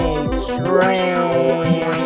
train